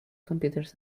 computers